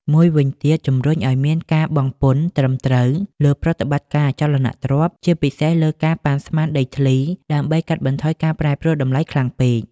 មួយវិញទៀត ជំរុញឲ្យមានការបង់ពន្ធត្រឹមត្រូវលើប្រតិបត្តិការអចលនទ្រព្យ ជាពិសេសលើការ ប៉ាន់ស្មានដីធ្លី ដើម្បីកាត់បន្ថយការប្រែប្រួលតម្លៃខ្លាំងពេក។